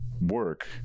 work